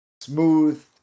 smooth